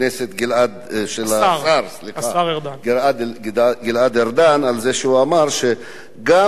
השר גלעד ארדן על זה שהוא אמר שגם אזרחים